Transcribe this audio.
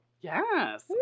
Yes